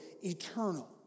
eternal